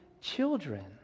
children